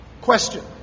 Question